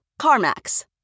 CarMax